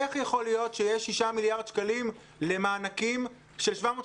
איך יכול להיות שיש 6 מיליארד שקלים למענקים של 750